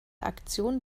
aktion